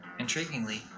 Intriguingly